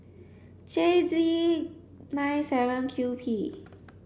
J G nine seven Q P